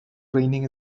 training